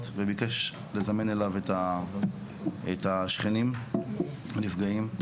וביקש לזמן אליו את השכנים הנפגעים,